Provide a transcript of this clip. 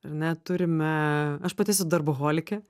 ar ne turime aš pati esu darboholikė